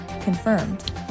Confirmed